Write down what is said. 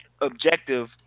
objective